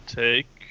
take